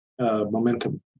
momentum